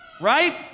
Right